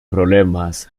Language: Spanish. problemas